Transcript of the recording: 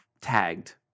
tagged